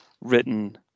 written